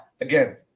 again